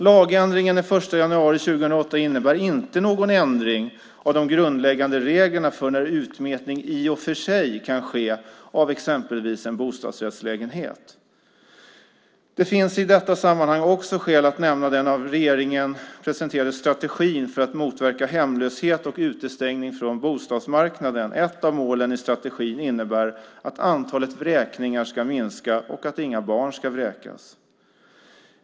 Lagändringen den 1 januari 2008 innebär inte någon ändring av de grundläggande reglerna för när utmätning i och för sig kan ske av exempelvis en bostadsrättslägenhet. Det finns i detta sammanhang också skäl att nämna den av regeringen presenterade strategin för att motverka hemlöshet och utestängning från bostadsmarknaden. Ett av målen i strategin innebär att antalet vräkningar ska minska och att inga barn ska vräkas.